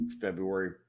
February